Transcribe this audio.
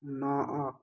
ନଅ